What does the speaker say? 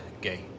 gay